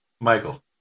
Michael